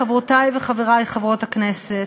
חברותי וחברי חברות הכנסת,